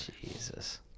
jesus